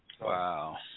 Wow